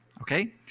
Okay